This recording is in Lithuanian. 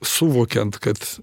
suvokiant kad